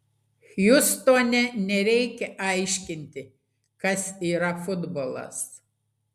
hjustone nereikia aiškinti kas yra futbolas